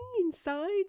inside